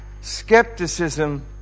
skepticism